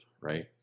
Right